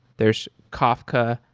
there is kafka,